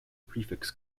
prefix